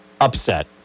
upset